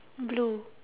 blue